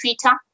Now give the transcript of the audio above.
Twitter